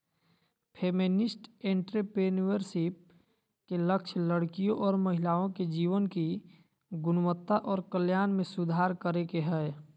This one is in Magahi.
फेमिनिस्ट एंट्रेप्रेनुएरशिप के लक्ष्य लड़कियों और महिलाओं के जीवन की गुणवत्ता और कल्याण में सुधार करे के हय